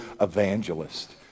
evangelist